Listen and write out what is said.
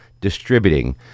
Distributing